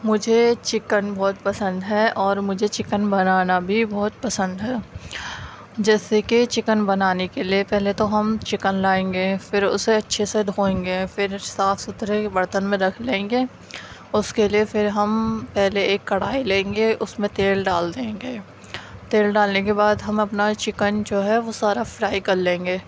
مجھے چکن بہت پسند ہے اور مجھے چکن بنانا بھی بہت پسند ہے جیسے کہ چکن بنانے کے لیے پہلے تو ہم چکن لائیں گے پھر اُسے اچھے سے دھوئیں گے پھر صاف سُتھرے برتن میں رکھ لیں گے اُس کے لیے پھر ہم پہلے ایک کڑھائی لیں گے اُس میں تیل ڈال دیں گے تیل ڈالنے کے بعد ہم اپنا چکن جو ہے وہ سارا فرائی کر لیں گے